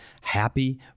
happy